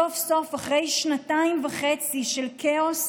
סוף-סוף, אחרי שנתיים וחצי של כאוס,